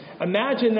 Imagine